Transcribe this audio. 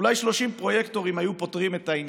אולי 30 פרויקטורים היו פותרים את העניין.